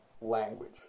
language